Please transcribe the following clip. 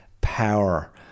power